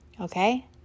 Okay